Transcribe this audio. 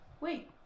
wait